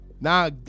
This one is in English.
now